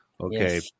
Okay